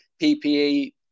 PPE